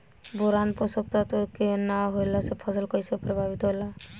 Boron पोषक तत्व के न होला से फसल कइसे प्रभावित होला?